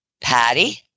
Patty